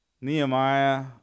Nehemiah